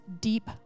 deep